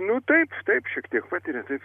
nu taip taip šiek tiek patiria taip